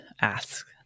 ask